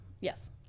Yes